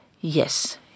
Yes